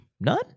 none